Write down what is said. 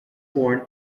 born